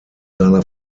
seiner